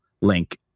link